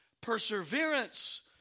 perseverance